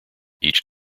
each